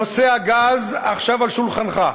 נושא הגז עכשיו על שולחנך,